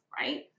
right